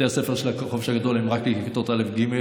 בתי הספר של החופש הגדול הם רק לכיתות א' ג'.